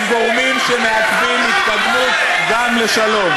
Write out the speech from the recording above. הם גורמים שמעכבים גם התקדמות לשלום.